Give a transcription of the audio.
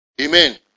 Amen